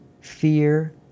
Fear